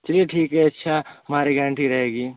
चलिए ठीक है अच्छा हमारी गारंटी रहेगी